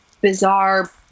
bizarre